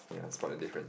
ya spot the difference